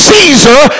Caesar